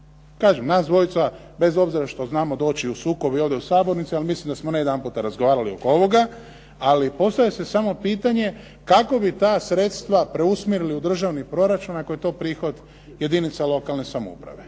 Kažem, nas dvojica bez obzira što znamo doći u sukob i ovdje u sabornici, ali mislim da smo ne jedanputa razgovarali oko ovoga. Ali postavlja se samo pitanje kako bi ta sredstva preusmjerili u državni proračun, ako je to prihod jedinica lokalne samouprave.